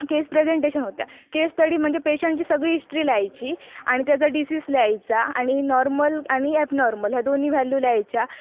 केस presentation होत्या case study म्हणजे पेशंटची सगळी हिस्ट्री लिहायची आणि त्याचा डिसीज लिहायचा आणि नॉर्मल आणि ॲबनॉर्मल या दोन्ही व्हॅल्यू लिहायच्या